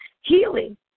healing